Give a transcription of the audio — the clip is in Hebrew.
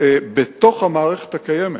בתוך המערכת הקיימת.